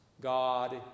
God